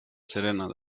sereno